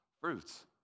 fruits